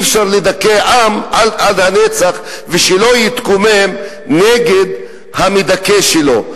אי-אפשר לדכא עם לנצח, ושלא יתקומם נגד המדכא שלו.